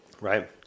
Right